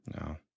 no